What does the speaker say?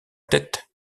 tête